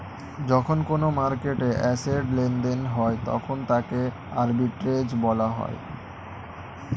যখন কোনো মার্কেটে অ্যাসেট্ লেনদেন হয় তখন তাকে আর্বিট্রেজ বলা হয়